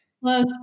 Plus